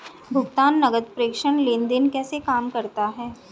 भुगतान नकद प्रेषण लेनदेन कैसे काम करता है?